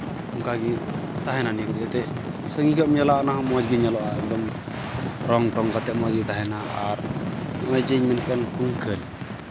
ᱚᱱᱠᱟᱜᱮ ᱛᱟᱦᱮᱱᱟ ᱱᱤᱭᱟᱹ ᱠᱚᱫᱚ ᱡᱟᱛᱮ ᱥᱟᱺᱜᱤᱧ ᱠᱷᱚᱱᱮᱢ ᱧᱮᱞᱟ ᱚᱱᱟᱦᱚᱸ ᱮᱠᱫᱚᱢ ᱨᱚᱝ ᱴᱚᱝ ᱠᱟᱛᱮᱫ ᱢᱚᱡᱽᱜᱮ ᱛᱟᱦᱮᱱᱟ ᱟᱨ ᱱᱚᱜᱼᱚᱭ ᱡᱮᱧ ᱢᱮᱱᱮᱫ ᱠᱟᱱ ᱠᱩᱝᱠᱟᱹᱞ